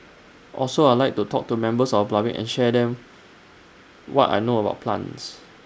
also I Like to talk to members of public and share them what I know about plants